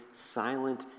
silent